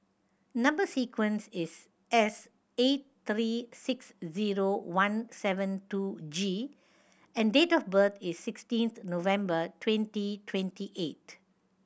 number sequence is S eight three six zero one seven two G and date of birth is sixteenth November twenty twenty eight